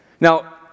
Now